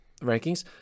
rankings